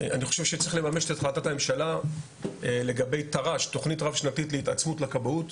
אני חושב שצריך לממש את החלטת הממשלה לגבי תר"ש להתעצמות לכבאות.